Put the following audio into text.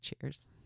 Cheers